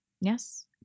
Yes